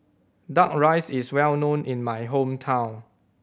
Duck Rice is well known in my hometown